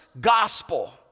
gospel